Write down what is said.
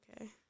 Okay